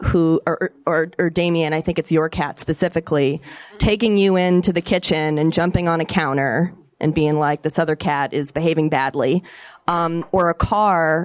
who or damien i think it's your cat specifically taking you into the kitchen and jumping on a counter and being like this other cat is behaving badly or a car